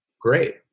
Great